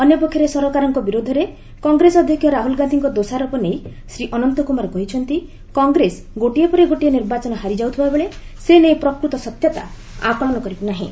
ଅନ୍ୟ ପକ୍ଷରେ ସରକାରଙ୍କ ବିରୋଧରେ କଂଗ୍ରେସ ଅଧ୍ୟକ୍ଷ ରାହୁଳ ଗାନ୍ଧିଙ୍କ ଦୋଷାରୋପ ନେଇ ଶ୍ରୀ ଅନନ୍ତ କୁମାର କହିଛନ୍ତି କଂଗ୍ରେସ ଗୋଟିଏ ପରେ ଗୋଟିଏ ନିର୍ବାଚନ ହାରି ଯାଉଥିବା ବେଳେ ସେ ନେଇ ପ୍ରକୃତ ସତ୍ୟତା ଆକଳନ କରୁ ନାହିଁ